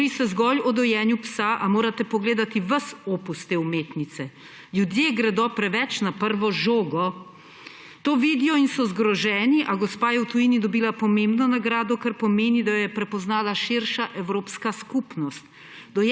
Govori se zgolj o dojenju psa, a morate pogledati ves opus te umetnice. Ljudje gredo preveč na prvo žogo. To vidijo in so zgroženi, a gospa je v tujini dobila pomembno nagrado, kar pomeni, da jo je prepoznala širša evropska skupnost.